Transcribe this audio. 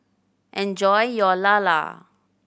enjoy your lala